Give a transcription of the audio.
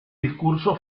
discurso